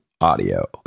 audio